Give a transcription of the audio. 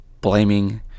blaming